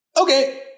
Okay